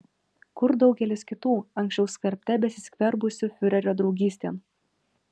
kur daugelis kitų anksčiau skverbte besiskverbusių fiurerio draugystėn